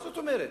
מה זאת אומרת?